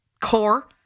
core